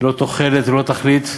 ללא תוחלת, ללא תכלית.